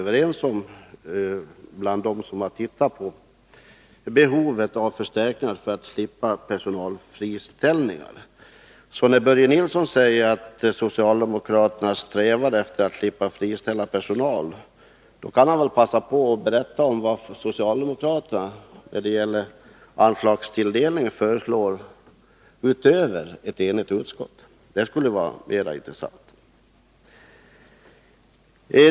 De som har tittat på behoven av förstärkningar för att slippa personalfriställningar är överens om detta. Börje Nilsson säger att socialdemokraterna strävar efter att slippa friställa personal, och då kan han väl passa på att berätta om vad socialdemokraterna föreslår i fråga om anslagstilldelning utöver vad ett enigt utskott föreslår. Det skulle vara intressant att få veta.